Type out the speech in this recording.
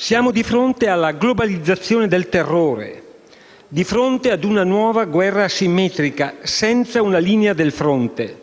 Siamo di fronte alla globalizzazione del terrore, a una nuova guerra asimmetrica, senza una linea del fronte,